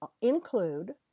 include